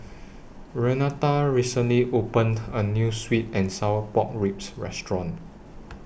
Renata recently opened A New Sweet and Sour Pork Ribs Restaurant